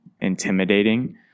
intimidating